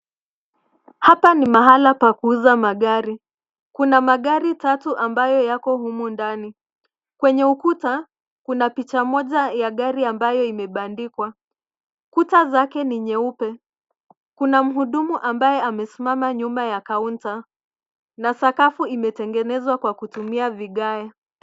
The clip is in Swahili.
Hapa ni mahala pa kuuza magari. Kuna magari tatu ambayo yako humu ndani. Kwenye ukuta, kuna picha moja ya gari ambayo imebandikwa. Kuta zake ni nyeupe. Kuna mhudumu ambaye amesimama nyuma ya kaunta, na sakafu imetengenezwa kwa kutumia vigae.